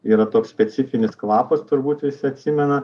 yra toks specifinis kvapas turbūt visi atsimena